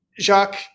Jacques